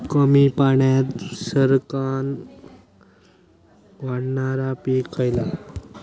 कमी पाण्यात सरक्कन वाढणारा पीक खयला?